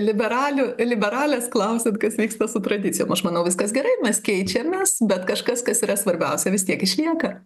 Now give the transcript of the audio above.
liberalių liberalės klausiat kas vyksta su tradicijom aš manau viskas gerai mes keičiamės bet kažkas kas yra svarbiausia vis tiek išlieka